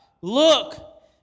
look